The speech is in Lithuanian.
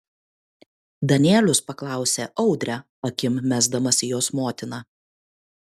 danielius paklausė audrę akim mesdamas į jos motiną